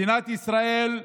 מדינת ישראל,